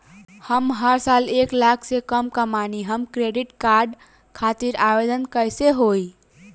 हम हर साल एक लाख से कम कमाली हम क्रेडिट कार्ड खातिर आवेदन कैसे होइ?